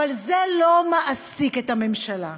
אבל זה לא מעסיק את הממשלה,